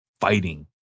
fighting